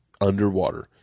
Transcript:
underwater